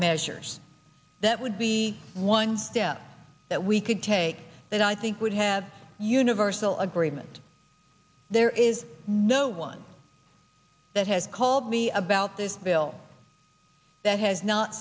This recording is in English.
measures that would be one step that we could take that i think would have universal agreement there is no one that has called me about this bill that has not